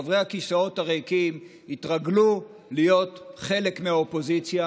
שחברי הכיסאות הריקים יתרגלו להיות חלק מהאופוזיציה